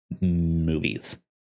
movies